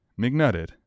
McNutted